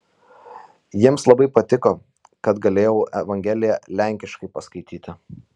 jiems labai patiko kad galėjau evangeliją lenkiškai paskaityti